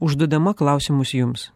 užduodama klausimus jums